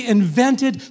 invented